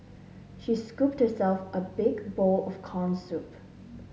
she scooped herself a big bowl of corn soup